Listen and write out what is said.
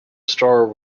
store